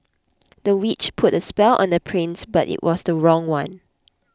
the witch put a spell on the prince but it was the wrong one